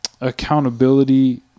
accountability